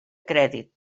crèdit